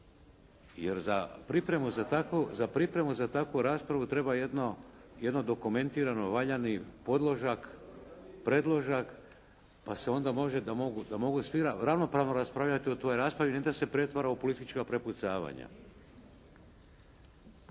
Jer za pripremu za takvu raspravu treba jedno dokumentirano valjani podložak, predložak, pa se onda može, da mogu svi ravnopravno raspravljati u toj raspravi, ne da se pretvori u politička prepucavanja.